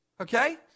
Okay